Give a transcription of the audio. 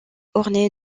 orné